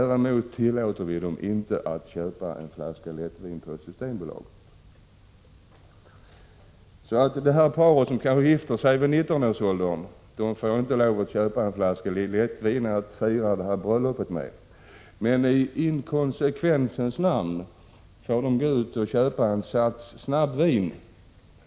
Däremot tillåter vi dem inte att köpa en flaska lättvin på Systembolaget. Ett par som gifter sig i 19-årsåldern får alltså inte köpa en flaska lättvin för att fira bröllopet med. I inkonsekvensens namn får de dock gå ut och köpa en sats snabbvin.